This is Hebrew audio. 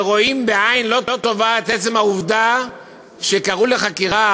ורואים בעין לא טובה את עצם העובדה שקראו לחקירה